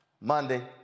Monday